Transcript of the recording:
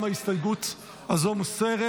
גם ההסתייגות הזו מוסרת,